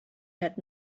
had